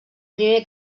primer